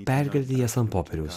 perkelti jas ant popieriaus